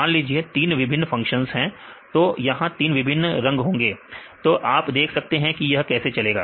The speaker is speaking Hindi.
मान लीजिए तीन विभिन्न फंक्शंस है तो यहां तीन विभिन्न रंग होंगे तो आप देख सकते हैं या कैसे चलेगा